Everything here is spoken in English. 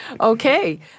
Okay